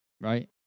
Right